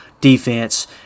defense